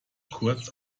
kurz